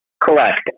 Correct